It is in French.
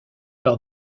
par